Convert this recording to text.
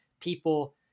people